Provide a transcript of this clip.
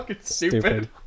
Stupid